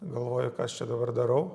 ir galvoji ką aš čia dabar darau